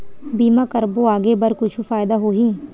बीमा करबो आगे बर कुछु फ़ायदा होही?